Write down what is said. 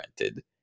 rented